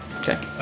Okay